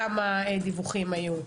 כמה דיווחים היו?